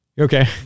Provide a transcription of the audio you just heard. Okay